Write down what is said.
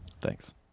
thanks